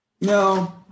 No